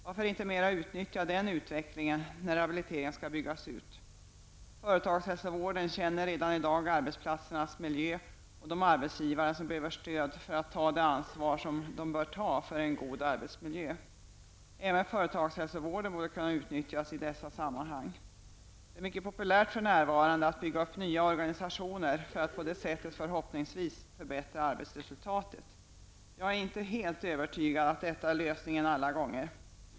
Varför inte utnyttja den utvecklingen mer när rehabiliteringen skall byggas ut? Företagshälsovården känner redan i dag arbetsplatsernas miljö och de arbetsgivare som behöver stöd för att ta det ansvar som de bör ta för en god arbetsmiljö. Även företagshälsovården borde kunna utnyttjas i dessa sammanhang. Det är mycket populärt för närvarande att bygga upp nya organisationer för att på det sättet förhoppningsvis förbättra arbetsresultatet. Jag är inte helt övertydad om att detta alla gånger är lösningen.